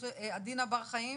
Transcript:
עדינה בר חיים